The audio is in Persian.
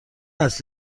است